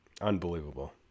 Unbelievable